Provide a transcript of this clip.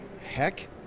heck